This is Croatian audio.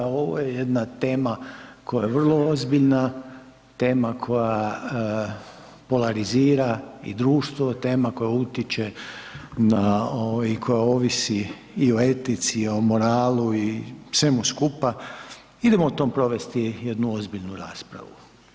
Ovo je jedna tema koja je vrlo ozbiljna, tema koja polarizira i društvo, tema koja utiče na koja ovisi i o etici, i o moralu, i o svemu skupa, idemo o tome provesti jednu ozbiljnu raspravu.